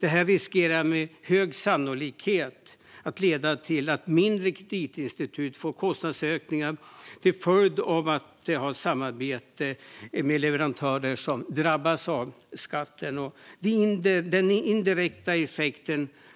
Detta riskerar med stor sannolikhet att leda till att mindre kreditinstitut får kostnadsökningar till följd av att de samarbetar med leverantörer som drabbas av skatten. Denna indirekta effekt